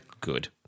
good